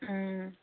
ம்